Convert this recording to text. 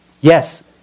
Yes